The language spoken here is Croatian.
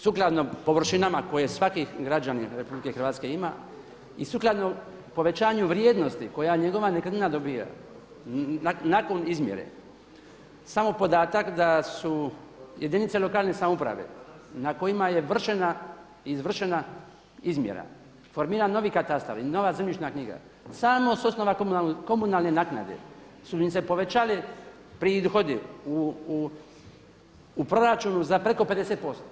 Jer sukladno površinama koje svaki građanin Republike Hrvatske ima i sukladno povećanju vrijednosti koja njegova nekretnina dobija nakon izmjere samo podatak da su jedinice lokalne samouprave na kojima je izvršena izmjera formiran novi katastar i nova zemljišna knjiga samo sa osnova komunalne naknade su im se povećali prihodi u proračunu za preko 50%